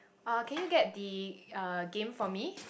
uh can you get the uh game for me